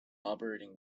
operating